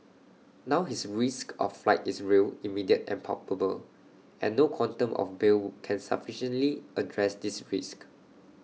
now his risk of flight is real immediate and palpable and no quantum of bail can sufficiently address this risk